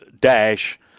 Dash